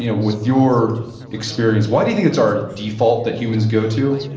you know with your experience, why do you think it's our default that humans go to?